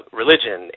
religion